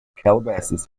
calabasas